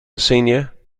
senior